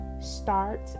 start